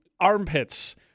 armpits